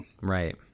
right